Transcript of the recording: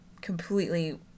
completely